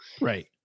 right